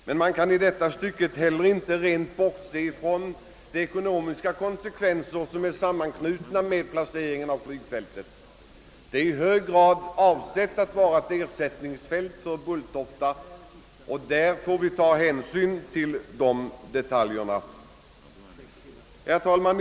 Men vi kan inte heller bortse från de rent ekonomiska konsekvenser som är sammanknutna med placeringen av flyg fältet. Detta är i hög grad avsett att vara ett ersättningsfält för Bulltofta, och det får vi ta hänsyn till när det gäller detaljerna.